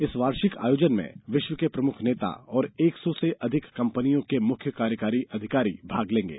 इस वार्षिक आयोजन में विश्व के प्रमुख नेता और एक सौ से अधिक कंपनियों के मुख्य कार्यकारी अधिकारी भाग लेंगे